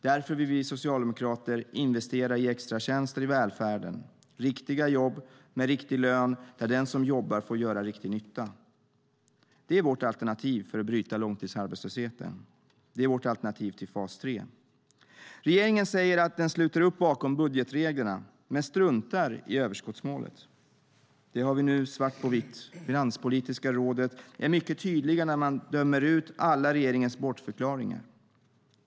Därför vill vi socialdemokrater investera i extratjänster i välfärden - riktiga jobb med riktig lön, där den som jobbar får göra riktig nytta. Det är vårt alternativ för att bryta långtidsarbetslösheten. Det är vårt alternativ till fas 3. Regeringen säger att den sluter upp bakom budgetreglerna - men struntar i överskottsmålet. Det har vi nu svart på vitt. Finanspolitiska rådet är mycket tydligt när man dömer ut alla regeringens bortförklaringar.